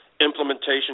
implementation